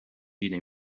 دیده